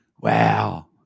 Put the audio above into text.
Wow